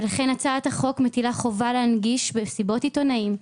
ולכן הצעת החוק מטילה חובה להנגיש במסיבות עיתונאים,